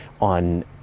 on